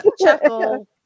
Chuckle